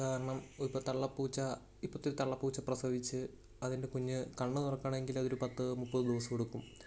കാരണം ഇപ്പം തള്ളപ്പൂച്ച ഇപ്പോഴത്തെ തള്ളപ്പൂച്ച പ്രസവിച്ചു അതിൻ്റെ കുഞ്ഞ് കണ്ണു തുറക്കണമെങ്കിൽ അതൊരു പത്തു മുപ്പത് ദിവസം എടുക്കും